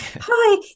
hi